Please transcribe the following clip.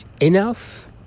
enough